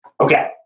Okay